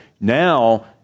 now